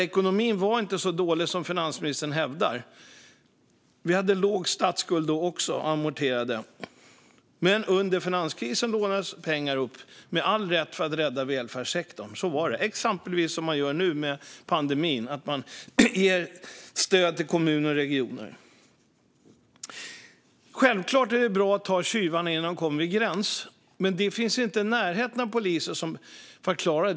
Ekonomin var alltså inte så dålig som finansministern hävdar. Vi hade även då låg statsskuld och amorterade. Under finanskrisen lånades dock med all rätt pengar upp för att rädda välfärdssektorn - som nu under pandemin när man ger stöd till kommuner och regioner. Självklart är det bra att ta tjuvarna innan de kommer till gränsen. Men det finns inte i närheten tillräckligt med poliser för att klara detta.